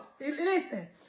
Listen